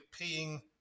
paying